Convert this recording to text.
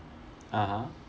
(uh huh)